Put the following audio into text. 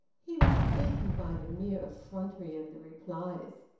he was beaten by the mere effrontery of the replies.